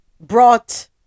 brought